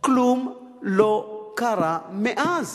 כלום לא קרה מאז.